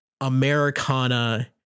Americana